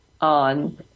on